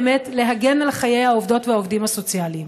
באמת להגן על חיי העובדות והעובדים הסוציאליים.